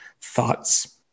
thoughts